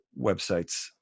websites